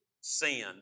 sin